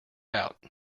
out